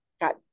got